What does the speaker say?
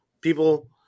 people